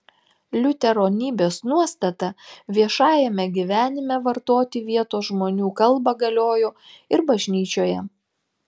liuteronybės nuostata viešajame gyvenime vartoti vietos žmonių kalbą galiojo ir bažnyčioje